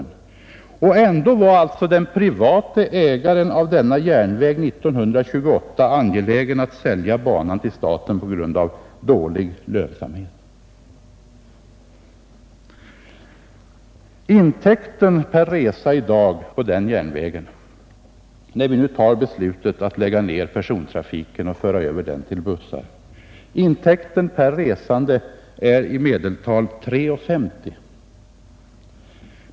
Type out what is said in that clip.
Ändå var år 1928 den private ägaren av denna järnväg angelägen att sälja banan till staten på grund av dålig lönsamhet. När vi i dag fattar beslutet att lägga ned persontrafiken och föra över den till bussar är intäkten per resande i medeltal 3:50.